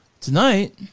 Tonight